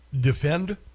defend